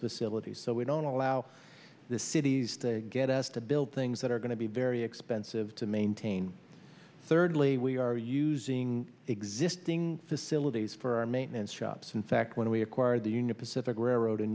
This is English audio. facilities so we don't allow this cities they get us to build things that are going to be very expensive to maintain thirdly we are using existing facilities for our maintenance shops in fact when we acquired the union pacific railroad